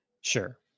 Sure